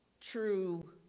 true